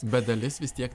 bet dalis vis tiek